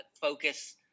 focus